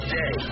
day